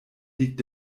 liegt